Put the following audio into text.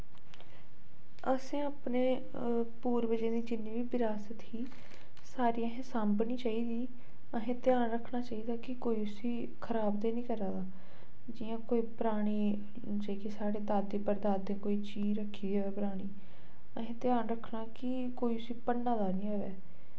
असें अपने पुर्वजें दी जिन्नी बी विरासत ही सारी असें साम्भनी चाहिदी असें ध्यान रक्खना चाहिदा की कोई उस्सी खराब ते निं करा दा जियां कोई परानी जेह्की साढ़े दादे परदादे कोई चीज रक्खी दी होऐ पुरानी असें ध्यान रक्खना की कोई उस्सी भन्ना दा निं होऐ